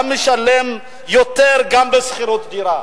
גם משלם יותר בשכירות דירה.